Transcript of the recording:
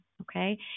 Okay